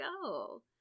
go